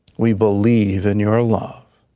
we believe in your love.